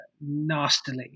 nastily